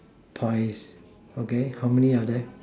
points okay how many are there